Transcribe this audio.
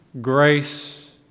grace